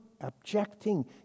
objecting